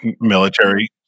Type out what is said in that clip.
Military